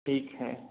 ठीक है